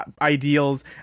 ideals